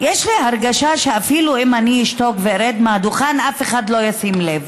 יש לי הרגשה שאפילו אם אני אשתוק וארד מהדוכן אף אחד לא ישים לב.